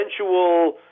eventual